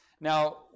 Now